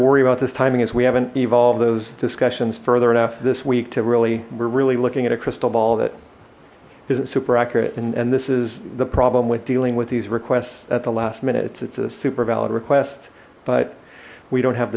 worry about this timing is we haven't evolve those discussions further enough this week to really we're really looking at a crystal ball that isn't super accurate and and this is the problem with dealing with these requests at the last minute it's a super valid request but we don't have